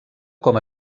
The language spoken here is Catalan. com